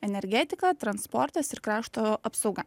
energetika transportas ir krašto apsauga